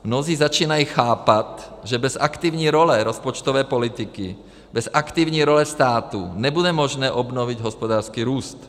Mnozí začínají chápat, že bez aktivní role rozpočtové politiky, bez aktivní role státu nebude možné obnovit hospodářský růst.